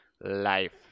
life